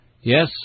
Yes